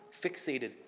fixated